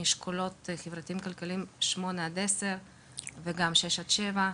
יישובים מאשכולות חברתיים וכלכליים שמונה עד עשר וגם שש עד שבע,